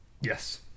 Yes